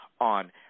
on